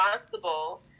responsible